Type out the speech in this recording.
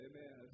Amen